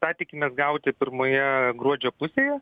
tą tikimės gauti pirmoje gruodžio pusėje